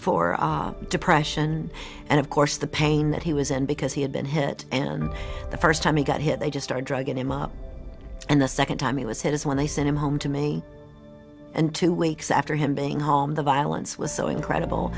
for depression and of course the pain that he was in because he had been hit and the first time he got hit they just are dragging him up and the second time he was hit is when they sent him home to me and two weeks after him being home the violence was so incredible